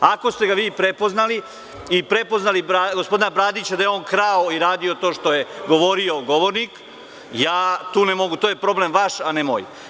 Ako ste ga vi prepoznali, ako ste prepoznali gospodina Bradića, da je on krao i radio to što je govorio govornik, ja tu ne mogu ništa, to je problem vaš, a ne moj.